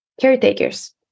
caretakers